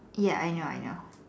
ya I know I know